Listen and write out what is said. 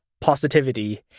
Positivity